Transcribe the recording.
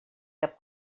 cap